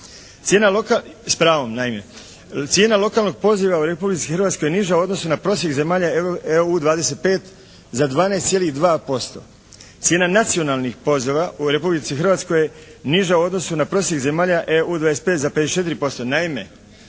Cijena lokalnog poziva u Republici Hrvatskoj je niža u odnosu na prosjek zemalja EU 25 za 12,2%. Cijena nacionalnih poziva u Republici Hrvatskoj je niža u odnosu na prosjek zemalja EU 25 za 54%.